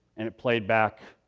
and it played back